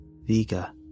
Vega